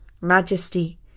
Majesty